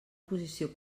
posició